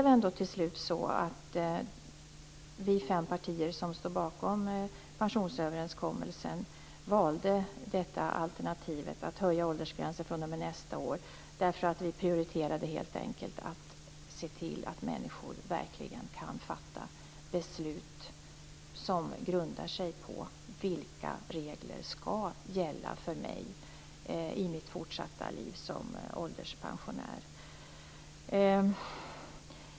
Till slut valde ändå de fem partier som står bakom pensionsöverenskommelsen alternativet att höja åldersgränsen fr.o.m. nästa år, därför att vi helt enkelt prioriterade att se till att människor verkligen kan fatta beslut som grundar sig på regler som skall gälla för dem i deras fortsatta liv som ålderspensionärer.